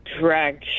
drag